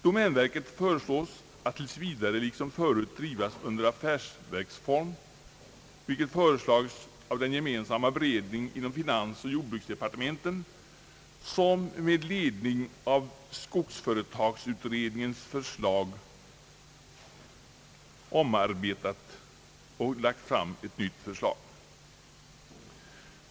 Domänverket föreslås att tills vidare liksom förut drivas under affärsverksform, vilket har föreslagits av den gemensamma beredning inom finansoch jordbruksdepartementen, som med ledning av skogsföretagsutredningens förslag har omarbetat materialet och lagt fram ett nytt förslag.